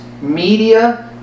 media